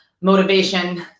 motivation